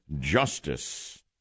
justice